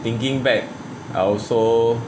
thinking back I also